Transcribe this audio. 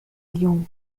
اليوم